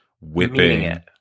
whipping